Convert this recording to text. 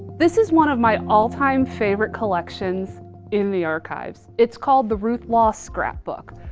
this is one of my all time favorite collections in the archives. it's called the ruth law scrapbook.